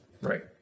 right